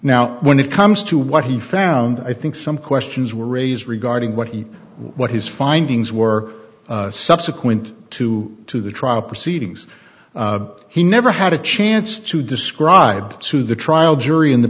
now when it comes to what he found i think some questions were raised regarding what he what his findings were subsequent to to the trial proceedings he never had a chance to describe to the trial jury in the